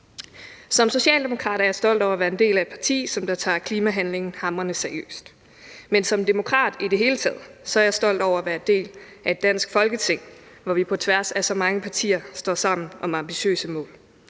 Som socialdemokrat er jeg stolt over at være en del af et parti, som tager klimahandlingen hamrende seriøst, men som demokrat i det hele taget er jeg stolt over at være en del af et dansk Folketing, hvor vi på tværs af så mange partier står sammen om ambitiøse mål.